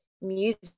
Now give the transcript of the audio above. music